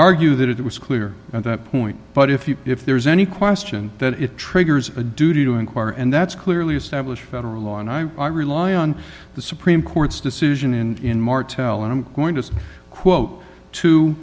argue that it was clear at that point but if you if there's any question that it triggers a duty to inquire and that's clearly established federal law and i rely on the supreme court's decision in martell and i'm going to quote t